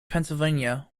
pennsylvania